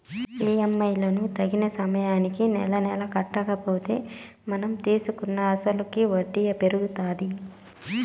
EMI లను తగిన సమయానికి నెలనెలా కట్టకపోతే మనం తీసుకున్న అసలుకి వడ్డీ పెరుగుతాది